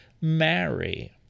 marry